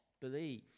believe